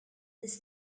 this